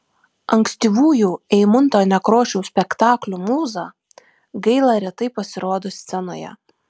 ankstyvųjų eimunto nekrošiaus spektaklių mūza gaila retai pasirodo scenoje